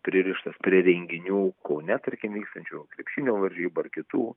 pririštas prie renginių kaune tarkim vykstančių krepšinio varžybų ar kitų